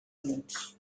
units